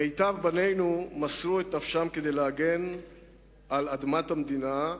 מיטב בנינו מסרו את נפשם כדי להגן על אדמת המדינה,